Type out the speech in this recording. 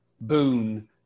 boon